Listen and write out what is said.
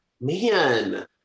man